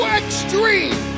extreme